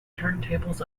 turntables